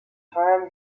time